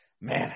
Man